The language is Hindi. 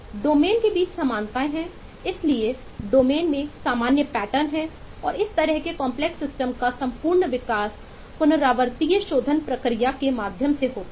डोमेन के बीच समानताएं हैं इसलिए डोमेन में सामान्य पैटर्न हैं और इस तरह के कॉम्प्लेक्स सिस्टम का संपूर्ण विकास पुनरावृत्तीय शोधन प्रक्रिया के माध्यम से होना है